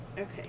Okay